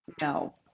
No